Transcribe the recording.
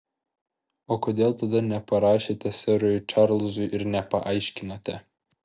o kodėl tada neparašėte serui čarlzui ir nepaaiškinote